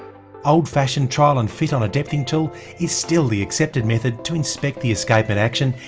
old fashioned trial and fit on a depthing tool is still the accepted method to inspect the escapement action,